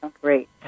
Great